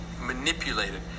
manipulated